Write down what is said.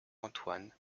antoine